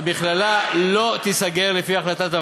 המכללה לא תיסגר לפי החלטת הוות"ת,